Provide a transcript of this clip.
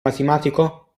matematico